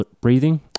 breathing